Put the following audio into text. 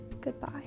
goodbye